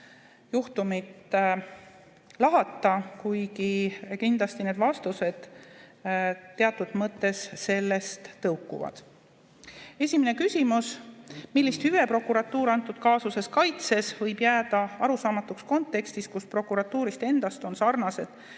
juhtumit lahata, kuigi kindlasti need vastused teatud mõttes sellest tõukuvad. Esimene küsimus: "Millist hüve prokuratuur antud kaasuses kaitses, võib jääda arusaamatuks kontekstis, kus prokuratuurist endast on sarnased